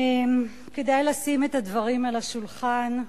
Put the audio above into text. כדאי לשים את הדברים על השולחן: